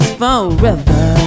forever